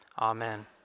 amen